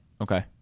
okay